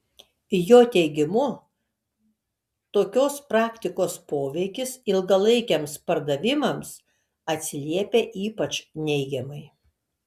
jo teigimu tokios praktikos poveikis ilgalaikiams pardavimams atsiliepia ypač neigiamai